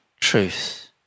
truth